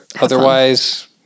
otherwise